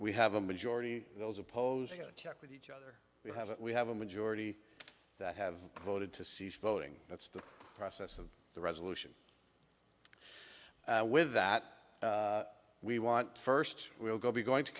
we have a majority of those opposing a check with each other we have we have a majority that have voted to cease voting that's the process of the resolution with that we want first we will go be going to